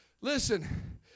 Listen